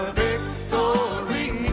victory